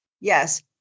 Yes